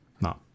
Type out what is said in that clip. No